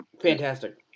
fantastic